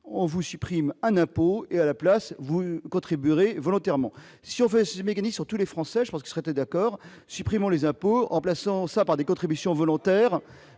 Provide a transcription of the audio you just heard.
on vous supprime un impôt et à la place, vous contribuerez volontairement, si on fait ce mécanique sur tous les Français, je pense qu'il serait d'accord supprimant les impôts en plaçant sa par des contributions volontaires,